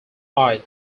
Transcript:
eyed